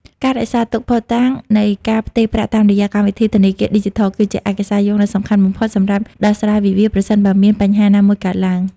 ការរក្សាទុកភស្តុតាងនៃការផ្ទេរប្រាក់តាមរយៈកម្មវិធីធនាគារឌីជីថល គឺជាឯកសារយោងដ៏សំខាន់បំផុតសម្រាប់ដោះស្រាយវិវាទ ប្រសិនបើមានបញ្ហាណាមួយកើតឡើង។